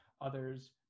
Others